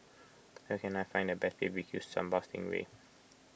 where can I find the best B B Q Sambal Sting Ray